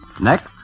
Next